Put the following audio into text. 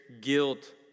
guilt